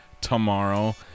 tomorrow